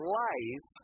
life